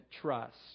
trust